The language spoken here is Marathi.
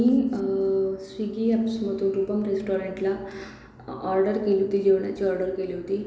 मी स्विगी अॅप्समध्ये रूपम रेस्टॉरंटला ऑर्डर केली होती जेवणाची ऑर्डर केली होती